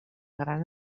gran